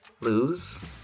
lose